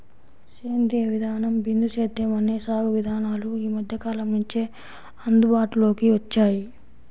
సేంద్రీయ విధానం, బిందు సేద్యం అనే సాగు విధానాలు ఈ మధ్యకాలం నుంచే అందుబాటులోకి వచ్చాయి